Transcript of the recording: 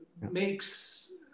makes